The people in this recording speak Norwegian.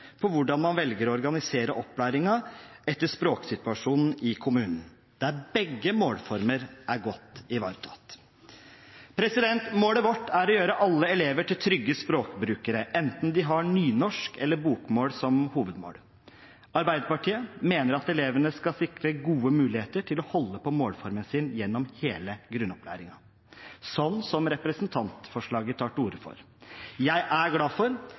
på hvordan man velger å organisere opplæringen etter språksituasjonen i kommunen, der begge målformer er godt ivaretatt. Målet vårt er å gjøre alle elever til trygge språkbrukere, enten de har nynorsk eller bokmål som hovedmål. Arbeiderpartiet mener at elevene skal sikres gode muligheter til å holde på målformen sin gjennom hele grunnopplæringen, slik som representantforslaget tar til orde for. Jeg er glad for